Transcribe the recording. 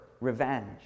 revenge